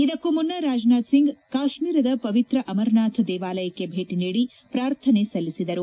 ಇದಕ್ಕೂ ಮುನ್ನ ರಾಜನಾಥ್ ಸಿಂಗ್ ಕಾಶ್ಮೀರದ ಪವಿತ್ರ ಅಮರನಾಥ ದೇವಾಲಯಕ್ಕೆ ಭೇಟಿ ನೀಡಿ ಪ್ರಾರ್ಥನೆ ಸಲ್ಲಿಸಿದರು